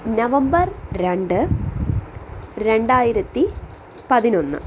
November രണ്ട് രണ്ടായിരത്തി പതിനൊന്ന്